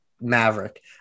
Maverick